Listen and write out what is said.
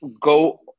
go